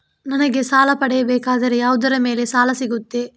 ನನಗೆ ಸಾಲ ಪಡೆಯಬೇಕಾದರೆ ಯಾವುದರ ಮೇಲೆ ಸಾಲ ಸಿಗುತ್ತೆ?